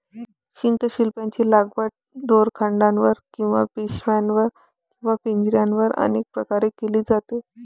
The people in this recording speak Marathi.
शंखशिंपल्यांची लागवड दोरखंडावर किंवा पिशव्यांवर किंवा पिंजऱ्यांवर अनेक प्रकारे केली जाते